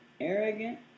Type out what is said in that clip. arrogant